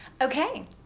Okay